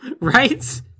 Right